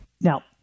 Now